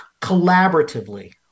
collaboratively